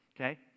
okay